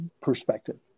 perspective